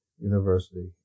University